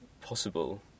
possible